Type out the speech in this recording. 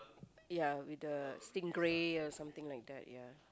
ya with the stingray or something like that ya